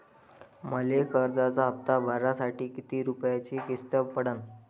मले कर्जाचा हप्ता भरासाठी किती रूपयाची किस्त पडन?